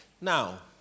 Now